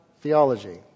theology